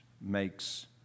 makes